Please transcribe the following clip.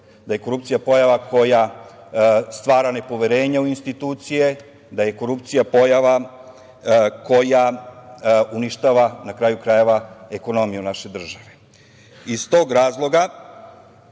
da je korupcija pojava koja stvara nepoverenje u institucije, da je korupcija pojava koja uništava na kraju krajeva, ekonomiju naše države. Iz tog razloga,